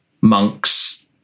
monks